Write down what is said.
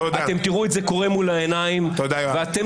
אתם תראו את זה קורה מול העיניים שלכם ואתם